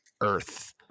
earth